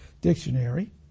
Dictionary